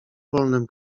wolnym